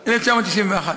1991,